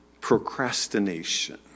procrastination